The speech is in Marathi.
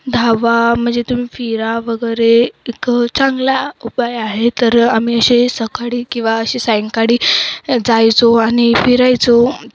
धावा म्हणजे तुम्ही फिरा वगैरे एक चांगला उपाय आहे तर आम्ही असे सकाळी किंवा असे सायंकाळी जायचो आणि फिरायचो